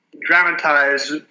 dramatize